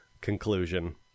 conclusion